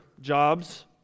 jobs